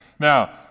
Now